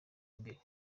imbere